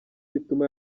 bituma